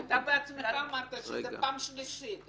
אתה בעצמך אמרת שזו פעם שלישית.